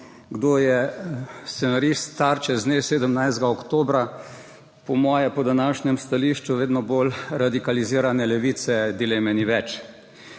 kdo je scenarist Tarče z dne 17. oktobra, po moje, po današnjem stališču vedno bolj radikalizirane Levice, dileme ni več.